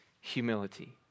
humility